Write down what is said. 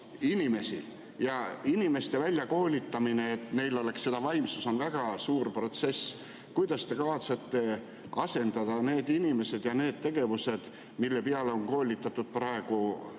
Inimeste väljakoolitamine, et neil oleks seda vaimsust, on väga suur protsess. Kuidas te kavatsete asendada need inimesed ja need tegevused, mille peale on koolitatud praegu